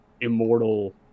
immortal